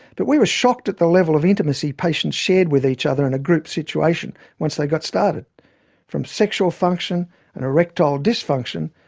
but we were shocked at the level of intimacy patients shared with each other in a group situation, once they got started from sexual function and erectile dysfunction,